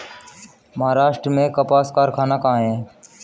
महाराष्ट्र में कपास कारख़ाना कहाँ है?